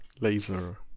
Laser